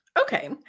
Okay